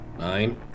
Nine